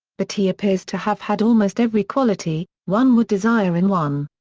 but he appears to have had almost every quality, one would desire in one.